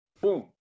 boom